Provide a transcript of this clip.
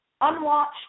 unwatched